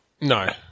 No